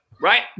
right